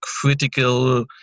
critical